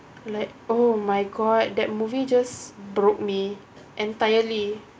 like oh my god that movie just broke me entirely